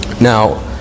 Now